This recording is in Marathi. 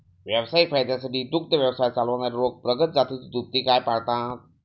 व्यावसायिक फायद्यासाठी दुग्ध व्यवसाय चालवणारे लोक प्रगत जातीची दुभती गाय पाळतात